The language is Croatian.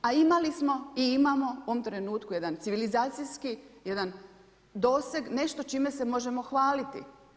A imali smo i imamo u ovom trenutku jedan civilizacijski jedan doseg čime se možemo hvaliti.